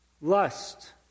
lust